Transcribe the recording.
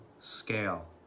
scale